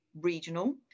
regional